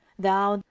thou,